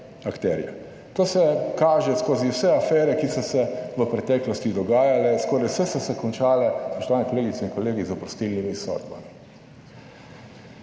To se kaže skozi vse afere, ki so se v preteklosti dogajale. Skoraj vse so se končale, spoštovane kolegice in kolegi, z oprostilnimi sodbami.